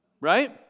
Right